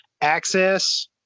access